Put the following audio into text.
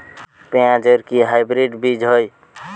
পেঁয়াজ এর কি হাইব্রিড বীজ হয়?